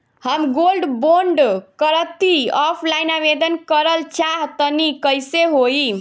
हम gold bond करंति offline आवेदन करल चाह तनि कइसे होई?